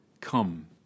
Come